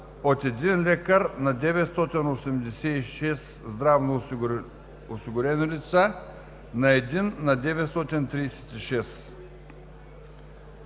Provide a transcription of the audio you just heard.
от един лекар на 986 здравноосигурени лица, на един на 936.